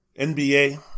NBA